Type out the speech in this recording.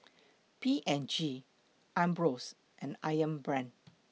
P and G Ambros and Ayam Brand